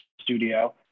studio